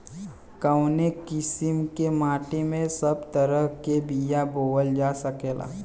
कवने किसीम के माटी में सब तरह के बिया बोवल जा सकेला?